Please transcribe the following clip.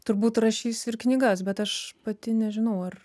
turbūt rašys ir knygas bet aš pati nežinau ar